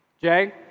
Jay